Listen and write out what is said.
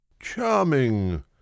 Charming